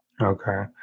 Okay